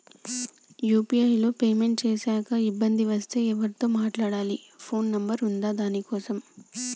UPI లో payment చేశాక ఇబ్బంది వస్తే ఎవరితో మాట్లాడాలి? ఫోన్ నంబర్ ఉందా దీనికోసం?